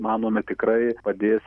manome tikrai padės